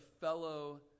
fellow